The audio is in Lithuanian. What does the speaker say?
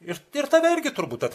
ir ir tave irgi turbūt